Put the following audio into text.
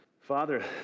Father